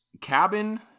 cabin